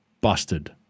Busted